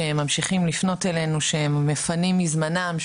שממשיכים לפנות אלינו ומפנים מזמנם,